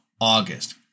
August